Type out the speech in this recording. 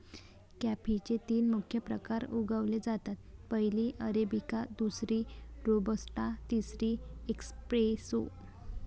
कॉफीचे तीन मुख्य प्रकार उगवले जातात, पहिली अरेबिका, दुसरी रोबस्टा, तिसरी एस्प्रेसो